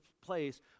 place